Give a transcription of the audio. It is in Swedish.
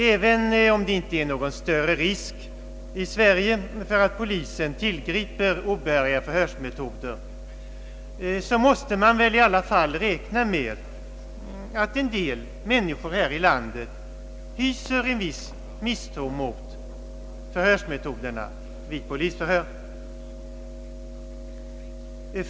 Även om det inte föreligger någon större risk i Sverige att polisen tillgriper obehöriga förhörsmetoder, måste man väl i alla fall räkna med att en del personer här i landet hyser en viss misstro mot förhörsmetoderna vid polisförhör.